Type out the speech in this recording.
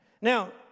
Now